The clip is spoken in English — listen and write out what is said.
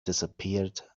disappeared